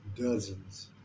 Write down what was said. dozens